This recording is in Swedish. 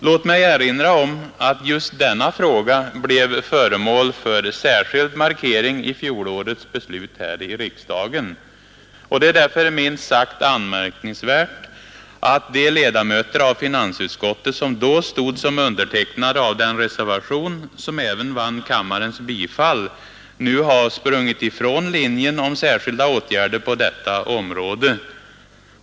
Låt mig erinra om att just denna fråga blev föremål för särskild markering i fjolårets beslut här i riksdagen, och det är därför minst sagt anmärkningsvärt att de ledamöter av finansutskottet, som då stod som undertecknare av den reservation som även vann kammarens bifall, nu har sprungit ifrån linjen om särskilda åtgärder på detta område.